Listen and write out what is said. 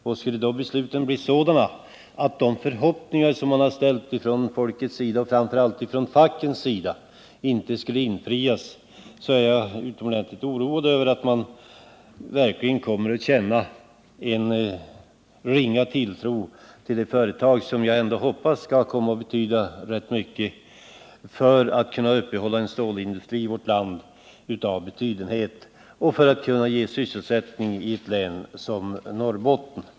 Och skulle besluten bli sådana att de förhoppningar som man haft från folkets sida och framför allt från fackens sida inte skulle infrias, så är jag utomordentligt oroad för att man verkligen kommer att känna en ringa tilltro till det företag som jag ändå hoppas skall komma att betyda rätt mycket för möjligheterna att upprätthålla en stålindustri i vårt land av betydenhet och för att ge sysselsättning i ett län som Norrbotten.